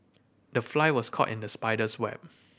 the fly was caught in the spider's web